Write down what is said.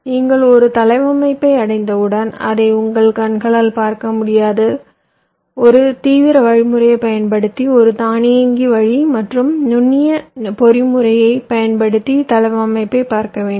நீங்கள் ஒரு தளவமைப்பை அடைந்தவுடன் அதை உங்கள் கண்களால் பார்க்க முடியாத ஒரு தீவிர வழிமுறையைப் பயன்படுத்தி ஒரு தானியங்கி வழி மற்றும் நுண்ணிய பொறிமுறையைப் பயன்படுத்தி தளவமைப்பைப் பார்க்க வேண்டும்